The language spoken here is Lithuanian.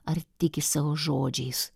ar tiki savo žodžiais